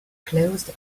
closed